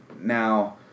Now